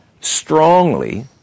strongly